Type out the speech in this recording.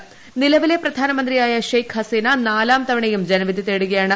ലധികം നിലവിലെ പ്രധാനമന്ത്രിയായ ഷെയ്ഖ് ഹസീന നാലാം തവണയും ജനവിധി തേടുകയാണ്